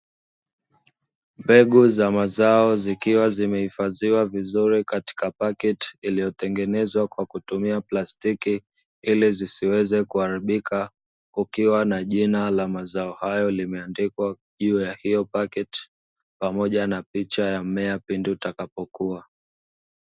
Mbegu za mazao zikiwa zimehifadhiwa vizuri katika pakiti iliyotengenezwa kwa kutumia plastiki ili zisiweze kuharibika, kukiwa na jina la mazao hayo limeandikwa juu ya hiyo pakiti pamoja na picha ya mmea pindi utakapokua.